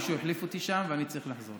מישהו החליף אותי שם, ואני צריך לחזור.